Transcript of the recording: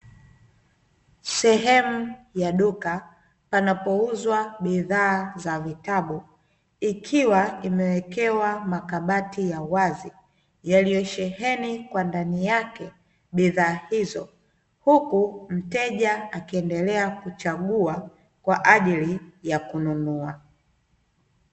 Sehemu ya duka, panapouzwa bidhaa ya vitabu, ikiwa imewekewa makabati ya wazi yaliyosheheni kwa ndani yake bidhaa hizo, huku mteja akiendelea kuchagua kwa ajili ya kununua.